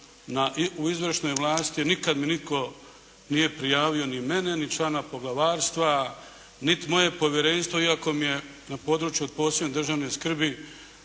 u izvršnoj vlasti. Nikad mi nitko nije prijavio ni mene, ni člana poglavarstva, niti moje povjerenstvo, iako mi je na području od posebne državne skrbi